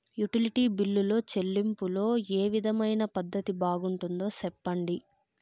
Utility బిల్లులో చెల్లింపులో ఏ విధమైన పద్దతి బాగుంటుందో సెప్పండి?